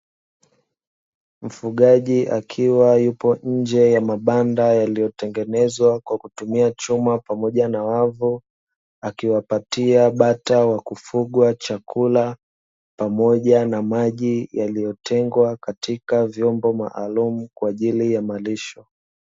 Mfugaji akiwa yupo nje ya mabanda yaliyotengenezwa kwa kutumia chuma pamoja na wavu. Akiwapatia bata wakufugwa chakula pamoja na maji yaliyotengwa katika vyombo maalumu, kwa ajili ya malisho.